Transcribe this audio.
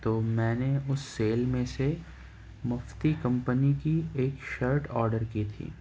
تو میں نے اس سیل میں سے مفتی کمپنی کی ایک شرٹ آڈر کی تھی